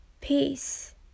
peace